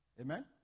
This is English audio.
Amen